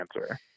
answer